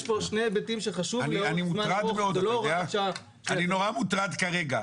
יש פה שני היבטים שחשוב מאוד -- אני נורא מוטרד כרגע.